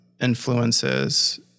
influences